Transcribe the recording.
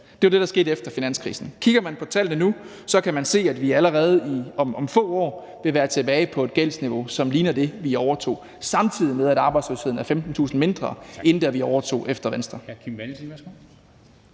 Det var jo det, der skete efter finanskrisen. Kigger man på tallene nu, kan man se, at vi allerede om få år vil være tilbage på et gældsniveau, som ligner det, vi overtog, samtidig med at arbejdsløsheden er 15.000 mindre, end da vi tog over efter Venstre.